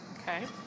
Okay